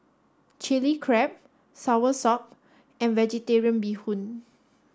chili crab soursop and vegetarian bee hoon